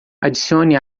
adicione